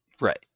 Right